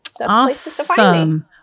Awesome